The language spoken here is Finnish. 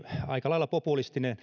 aika lailla populistinen